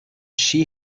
she